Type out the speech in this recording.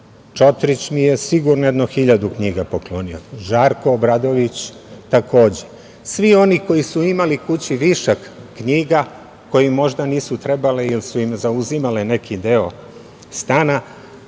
Čotrić mi je sigurno jedno 1000 knjiga poklonio, Žarko Obradović, takođe. Svi oni koji su imali kući višak knjiga, koje im možda nisu trebale, jer su im zauzimale neki deo stana,